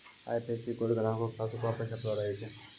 IFSC code ग्राहको के पासबुको पे छपलो रहै छै